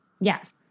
Yes